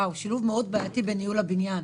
הוא שילוב מאוד בעייתי בניהול הבניין.